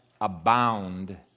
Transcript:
abound